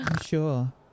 sure